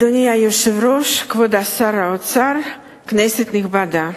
אדוני היושב-ראש, כבוד שר האוצר, כנסת נכבדה,